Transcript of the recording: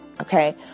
Okay